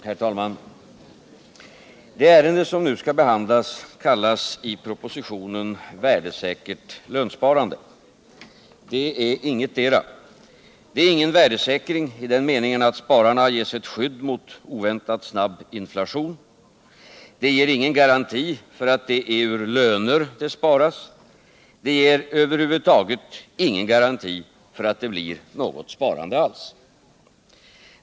Herr talman! Det ärende som nu skall behandlas kallas i propositionen värdesäkert lönsparande. Det är ingetdera. Det är ingen värdesäkring i den meningen att spararna ges ett skydd mot oväntat snabb inflation. Det ger ingen garanti för att det är ur löner det sparas. Det ger över huvud taget ingen garanti för att det blir något sparande alls.